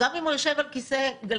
גם אם הוא יושב על כיסא גלגלים,